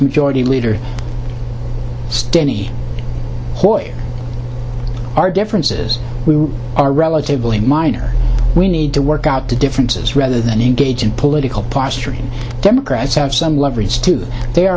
majority leader stephanie our differences are relatively minor we need to work out the differences rather than engage in political posturing democrats have some leverage too they